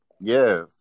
Yes